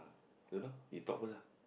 don't know you talk first ah